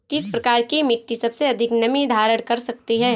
किस प्रकार की मिट्टी सबसे अधिक नमी धारण कर सकती है?